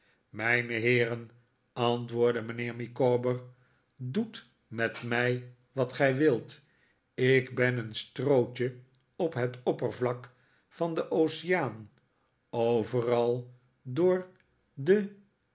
mijne heeren antwoordde mijnheer micawber doet met mij wat gij wilt ik ben een strootje op het oppervlak van den oceaan overaldoor de